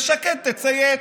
ושקד תצייץ.